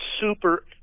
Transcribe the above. super